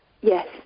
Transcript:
Yes